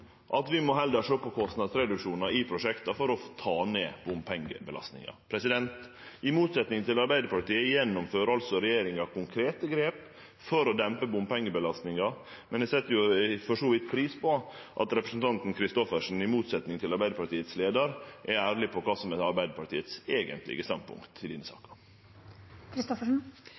at vi heller må sjå på kostnadsreduksjonar i prosjekta for å ta ned bompengebelastinga. I motsetning til Arbeidarpartiet gjennomfører altså regjeringa konkrete grep for å dempe bompengebelastinga. Men eg set for så vidt pris på at representanten Christoffersen – i motsetning til Arbeidarpartiets leiar – er ærleg på kva som er Arbeidarpartiets eigentlege standpunkt i denne